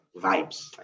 vibes